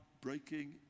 breaking